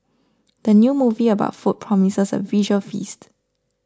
the new movie about food promises a visual feast